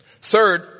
Third